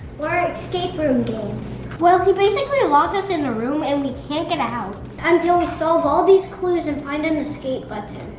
are escape room games? well, he basically locks us in a room, and we can't get out until we solve all these clues and find and an escape but